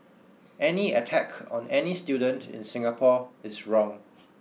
any attack on any student in Singapore is wrong